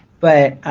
but